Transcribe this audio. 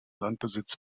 landbesitz